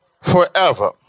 forever